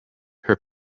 her